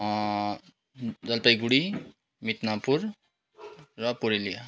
जलपाइगुडी मिदनापुर र पुरुलिया